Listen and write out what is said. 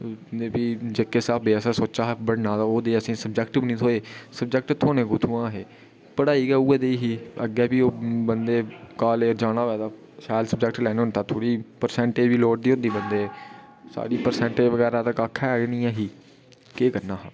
ते भी जेह्के स्हाबै असें सोचा हा ना ओह् दे असें गी सब्जैक्ट थ्होए सब्जैक्ट थ्होने कुत्थुआं हे पढ़ाई गै उ'ऐ नेही ही अग्गें भी ओह् बंदे कॉलेज जाना होऐ तां शैल सब्जैक्ट लैना होंदा पर ओह्बी परसेंटै दी लोड़ बी होंदी बंदे ई साढ़ी परसेंटेज़ बगैरा ते कक्ख ऐ निं ही केह् करना हा